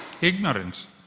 ignorance